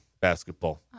basketball